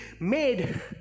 made